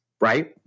right